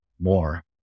more